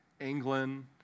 England